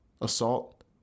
assault